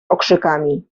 okrzykami